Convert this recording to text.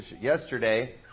yesterday